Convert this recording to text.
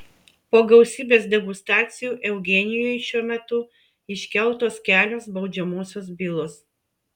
po gausybės degustacijų eugenijui šiuo metu iškeltos kelios baudžiamosios bylos